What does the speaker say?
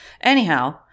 Anyhow